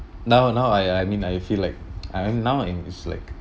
now now I I mean I feel like I mean now in it's like